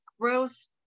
gross